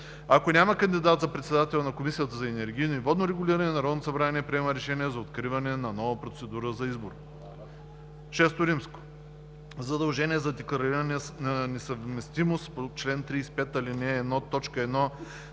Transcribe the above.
Ако няма кандидат за председател на Комисията за енергийно и водно регулиране, Народното събрание приема решение за откриване на нова процедура за избор. VI. Задължение за деклариране на несъвместимост по чл. 35, ал.